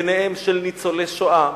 ביניהם של ניצולי השואה,